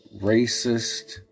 racist